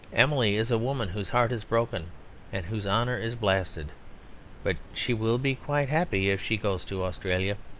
emily is a woman whose heart is broken and whose honour is blasted but she will be quite happy if she goes to australia.